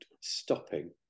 stopping